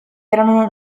erano